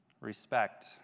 respect